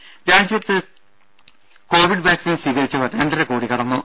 ദേദ രാജ്യത്ത് covid vaccine സ്വീകരിച്ചവർ രണ്ടര കോടി കടന്നു